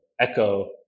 Echo